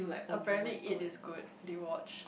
apparently it is good did you watch